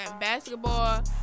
basketball